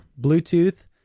Bluetooth